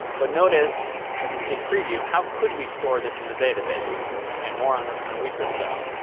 but notice, as a sneak preview, how could we store this in a database and more on this in a week or so?